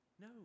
No